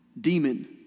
Demon